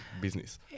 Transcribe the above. business